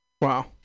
Wow